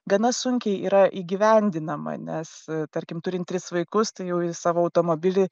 gana sunkiai yra įgyvendinama nes tarkim turint tris vaikus tai jau į savo automobilį